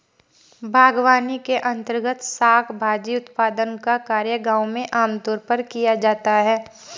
बागवानी के अंर्तगत शाक भाजी उत्पादन का कार्य गांव में आमतौर पर किया जाता है